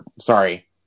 Sorry